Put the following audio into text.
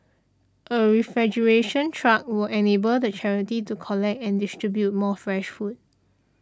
a refrigeration truck will enable the charity to collect and distribute more fresh food